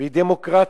והיא דמוקרטית: